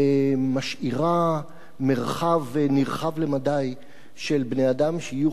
ומשאירה מרחב נרחב למדי של בני-אדם שיהיו